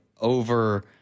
Over